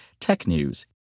TECHNEWS